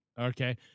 Okay